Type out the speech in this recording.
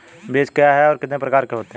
बीज क्या है और कितने प्रकार के होते हैं?